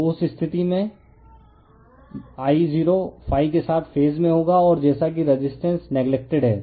तो उस स्थिति में I0 ∅ के साथ फेज में होगा और जैसा कि रेजिस्टेंस नेग्लेक्टेड है